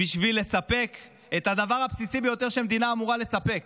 בשביל לספק את הדבר הבסיסי ביותר שהמדינה אמורה לספק,